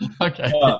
Okay